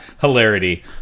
Hilarity